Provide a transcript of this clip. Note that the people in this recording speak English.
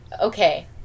okay